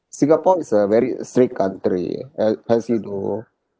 singapore is a very strict country right as you know